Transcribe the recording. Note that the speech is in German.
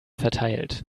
verteilt